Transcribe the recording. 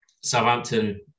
Southampton